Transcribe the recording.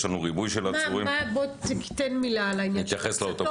יש לנו ריבוי של עצורים --- בוא תיתן מילה על העניין של ההצתות,